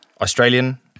Australian